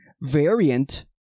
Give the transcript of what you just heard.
variant